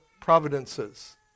providences